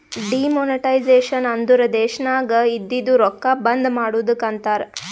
demonetisation ಅಂದುರ್ ದೇಶನಾಗ್ ಇದ್ದಿದು ರೊಕ್ಕಾ ಬಂದ್ ಮಾಡದ್ದುಕ್ ಅಂತಾರ್